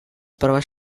proves